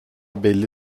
belli